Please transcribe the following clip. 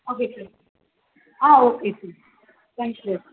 okay sir ah okay sir thanks sir